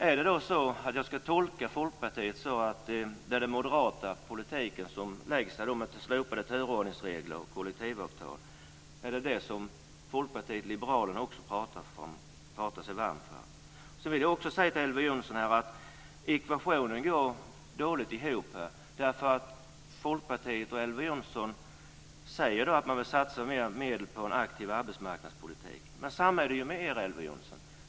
Är det då så att jag ska tolka Folkpartiet så att det är den moderata politiken som läggs fram här med slopade turordningsregler och kollektivavtal; är det det som folk från Folkpartiet liberalerna också pratar sig varma för? Så vill jag också säga till Elver Jonsson att ekvationen går dåligt ihop. Folkpartiet och Elver Jonsson säger att man vill satsa mer på en aktiv arbetsmarknadspolitik. Men likadant är det ju med er, Elver Jonsson!